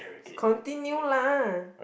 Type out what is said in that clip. it continue lah